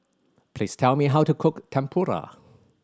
please tell me how to cook Tempura